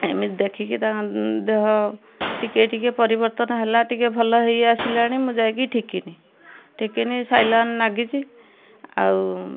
ଏମିତି ଦେଖିକି ତାଙ୍କ ଦେହ ଟିକେ ଟିକେ ପରିବର୍ତ୍ତନ ହେଲା ଟିକେ ଭଲ ହେଇ ଆସିଲାଣି ମୁଁ ଯାଇକି ଠିକିନି ଠିକିନି ସାଇଲନ ନାଗିଛି ଆଉ